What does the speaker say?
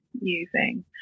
using